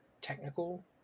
technical